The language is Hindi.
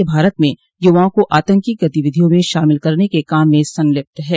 यह भारत में यूवाओं को आतंकी गतिविधियों में शामिल करने के काम में संलिप्त है